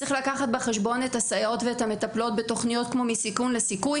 צריך לקחת בחשבון את הסייעות ואת המטפלות בתוכניות כמו "מסיכון לסיכוי",